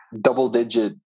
double-digit